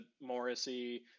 Morrissey